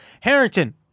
Harrington